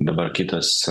dabar kitas